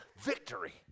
victory